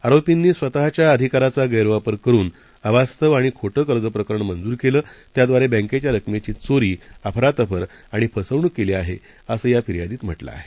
आरोपींनी स्वतच्या अधिकाराचा गैरवापर करुन अवास्तव आणि खोटे कर्ज प्रकरण मंजूर केलं त्याद्वारे बँकेच्या रकमेची चोरी अफरातर आणि फसवणुक केली आहे असं या फिर्यादीत म्हटलं आहे